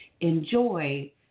enjoy